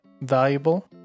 valuable